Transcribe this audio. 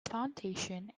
plantation